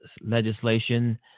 legislation